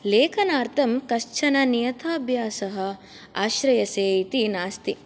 लेखनार्थं कश्चन नियताभ्यासः आश्रयसे इति नास्ति